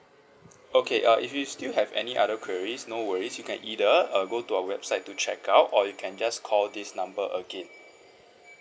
okay uh if you still have any other queries no worries you can either uh go to our website to check out or you can just call this number again